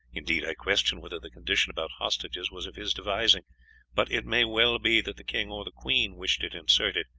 indeed, i question whether the condition about hostages was of his devising but it may well be that the king or the queen wished it inserted,